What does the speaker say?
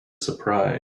surprise